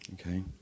Okay